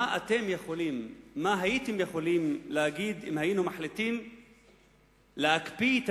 מה הייתם יכולים להגיד אם היינו מחליטים להקפיא את